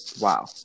wow